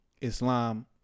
Islam